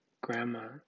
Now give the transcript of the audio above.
grandma